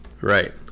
Right